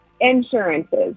Insurances